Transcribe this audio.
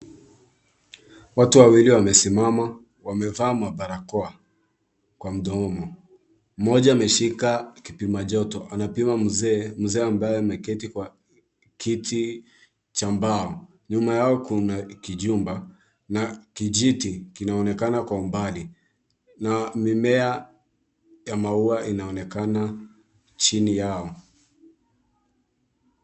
Watu wawili wamesimama wamevaa mabarakoa kwa mdomo. Mmoja ameshika kipima joto anapima mzee. Mzee ambaye ameketi kwa kiti cha mbao nyuma yao kuna kijumba na kijiti kinaonekana kwa umbali na mimea ya maua inaonekana chini yao.